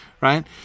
right